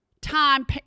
time